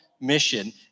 mission